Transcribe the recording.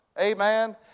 Amen